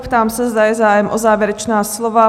Ptám se, zda je zájem o závěrečná slova?